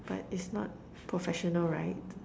but it's not professional right